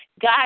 God